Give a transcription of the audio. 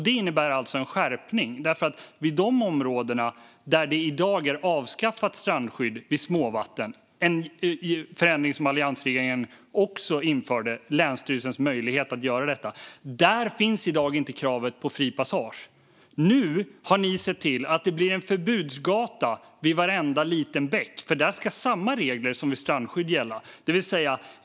Det innebär alltså en skärpning, för i de områden där strandskyddet vid småvatten i dag är avskaffat - en förändring som alliansregeringen också införde, alltså länsstyrelsernas möjlighet att göra detta - finns i dag inte kravet på fri passage. Nu har ni sett till att det blir en förbudsgata vid varenda liten bäck, för där ska samma regler som vid strandskydd gälla.